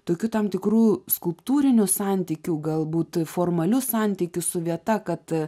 tokių tam tikrų skulptūrinių santykių galbūt formalius santykius su vieta kad a